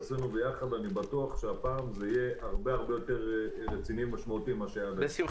אני בטוח שהפעם זה יהיה הרבה יותר רציני ומשמעותי מאשר היה עד היום.